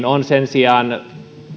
on sen sijaan